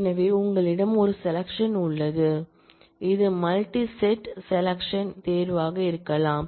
எனவே உங்களிடம் ஒரு செலெக்சன் உள்ளது இது மல்டி செட் செலெக்சன் தேர்வாக இருக்கலாம்